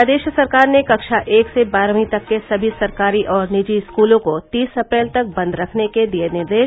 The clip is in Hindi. प्रदेश सरकार ने कक्षा एक से बारहवीं तक के समी सरकारी और निजी स्कूलों को तीस अप्रैल तक बंद रखने के दिये निर्देश